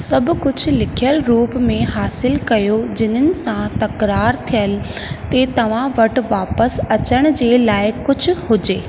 सभु कुझु लिखियलु रुप में हासिलु कयो जिन्हनि सां तक़रार थियलु ते तव्हां वटि वापसि अचण जे लाइ कुझु हुजे